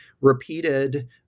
repeated